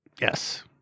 Yes